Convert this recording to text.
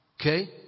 Okay